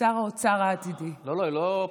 שר האוצר העתידי, לא, לא.